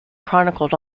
chronicled